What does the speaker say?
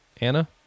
anna